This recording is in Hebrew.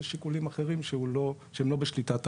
יש שיקולים אחרים שהם לא בשליטת החברה,